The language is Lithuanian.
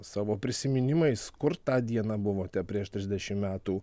savo prisiminimais kur tą dieną buvote prieš trisdešim metų